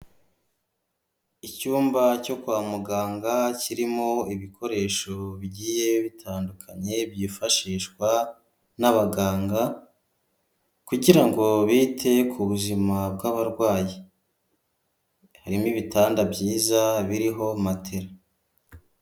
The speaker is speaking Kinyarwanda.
Icyumba cyo kwa muganga kirimo ibikoresho bigiye bitandukanye byifashishwa n'abaganga kugira ngo bite ku ubuzima bw'abarwayi harimo ibitanda byiza biriho matela.